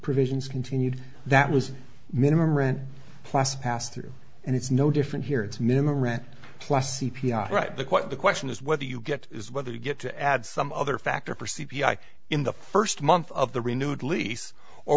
provisions continued that was minimum rent plus passed through and it's no different here it's minimum rent plus c p i right the quite the question is whether you get is whether you get to add some other factor for c p i in the first month of the renewed lease or